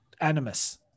animus